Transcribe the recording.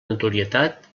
notorietat